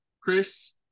chris